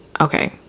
okay